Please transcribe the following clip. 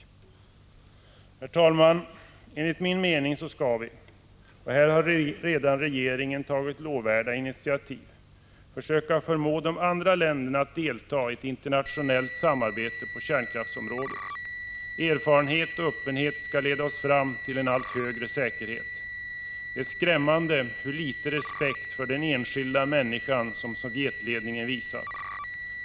Herr talman! Enligt min mening skall vi — och här har regeringen redan tagit lovvärda initiativ — försöka förmå de andra länderna att delta i ett samarbete på kärnkraftsområdet — ett samarbete som alltså blir internationellt. Erfarenhet och öppenhet skall leda oss fram till en allt högre grad av säkerhet. Det är skrämmande hur liten respekt för den enskilda människan som Sovjetledningen visat.